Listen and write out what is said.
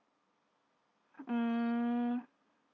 mm